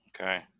Okay